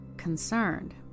concerned